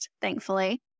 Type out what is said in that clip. thankfully